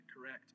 correct